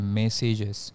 messages